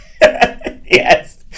Yes